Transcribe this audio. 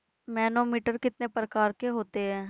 Manometer कितने प्रकार के होते हैं?